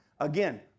Again